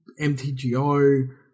MTGO